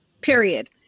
Period